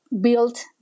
built